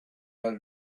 had